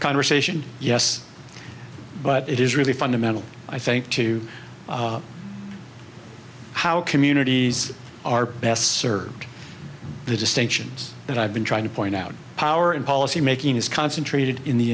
conversation yes but it is really fundamental i think to how communities are best served the distinctions that i've been trying to point out power in policymaking is concentrated in the